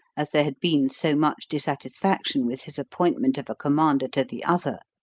as there had been so much dissatisfaction with his appointment of a commander to the other.